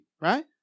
right